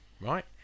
right